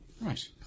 Right